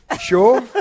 Sure